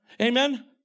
Amen